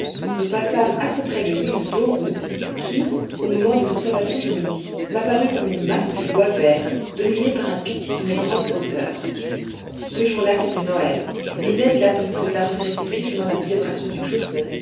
nous passâmes assez près de l'île d'aurou qui au moment des observations de midi m'apparut comme une masse de bois verts dominée par un pic d'une grande hauteur ce jour-là c'était noël et ned land me sembla regretter vivement la célébration du christmas